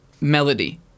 melody